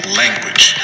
language